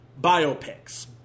biopics